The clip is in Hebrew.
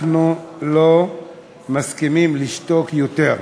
אנחנו לא מסכימים לשתוק יותר.